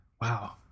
Wow